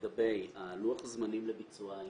לגבי לוח הזמנים לביצוע העסקה,